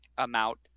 amount